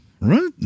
Right